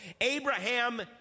Abraham